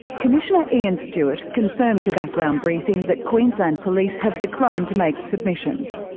commissioner ian stewart confirmed to background briefing that queensland police have declined to make submissions,